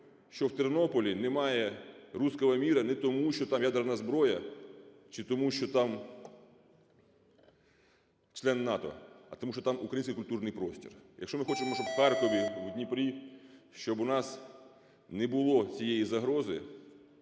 що в Тернополі немає "русского мира" не тому, що там ядерна зброя чи тому що там член НАТО, а тому що там український культурний простір. Якщо ми хочемо, щоб в Харкові, в Дніпрі, щоб у нас не було цієї загрози,